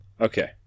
Okay